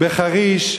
בחריש,